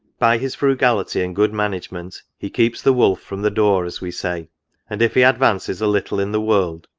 by his frugality and good management, he keeps the wolf from the door, as we say and if he advances a little in the world,